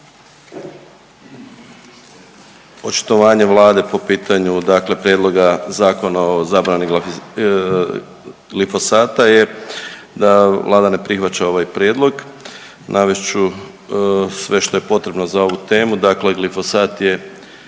očitovanje Vlade po pitanju dakle Prijedloga Zakona o zabrani glifosata je da Vlada ne prihvaća ovaj prijedlog. Navest ću sve što je potrebno za ovu temu. Dakle, glofosat je